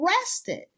arrested